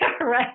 right